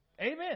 Amen